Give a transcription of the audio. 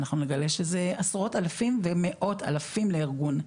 אנחנו נגלה שזה עשרות אלפים ומאות אלפים לארגון,